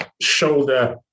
shoulder